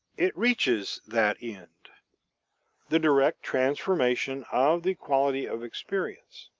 it reaches that end the direct transformation of the quality of experience.